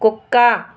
కుక్క